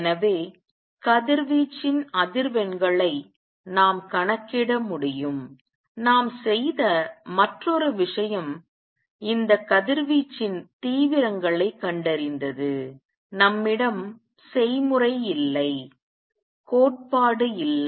எனவே கதிர்வீச்சின் அதிர்வெண்களை நாம் கணக்கிட முடியும் நாம் செய்த மற்றொரு விஷயம் இந்த கதிர்வீச்சின் தீவிரங்களைக் கண்டறிந்தது நம்மிடம் செய்முறை இல்லை கோட்பாடு இல்லை